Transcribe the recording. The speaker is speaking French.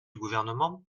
gouvernement